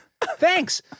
Thanks